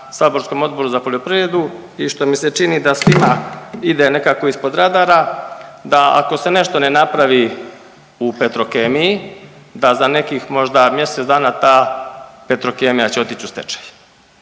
saborskom Odboru za poljoprivredu i što mi se čini da svima ide nekako ispod radara da ako se nešto ne napravi u Petrokemiji da za nekih možda mjesec dana ta Petrokemija će otić u stečaj.